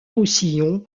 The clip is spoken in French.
roussillon